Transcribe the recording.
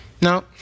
no